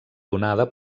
donada